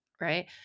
right